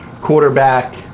quarterback